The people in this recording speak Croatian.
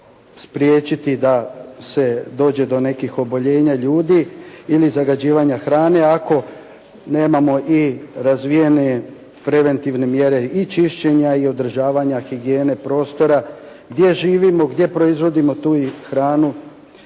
spriječiti da se dođe do nekih oboljenja ljudi ili zagađivanja hrane ako nemamo razvijene preventivne mjere i čišćenja i održavanja higijene prostora gdje živimo, gdje proizvodimo tu hranu.